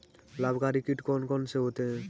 लाभकारी कीट कौन कौन से होते हैं?